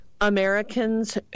Americans